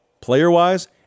player-wise